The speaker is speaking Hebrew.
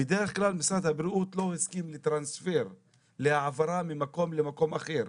בדרך כלל משרד הבריאות לא הסכים להעברה ממקום אחד למקום אחר.